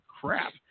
crap